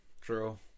True